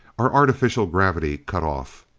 our artificial gravity cut off.